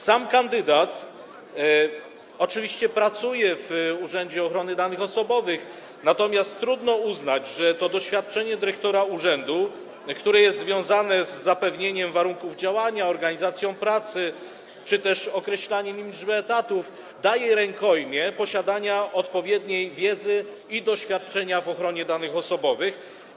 Sam kandydat oczywiście pracuje w Urzędzie Ochrony Danych Osobowych, natomiast trudno uznać, że to doświadczenie dyrektora urzędu, które jest związane z zapewnieniem warunków działania, organizacją pracy czy też określaniem liczby etatów, daje rękojmię posiadania odpowiedniej wiedzy i doświadczenia w zakresie ochrony danych osobowych.